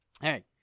hey